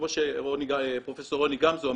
כמו שפרופ' רוני גמזו,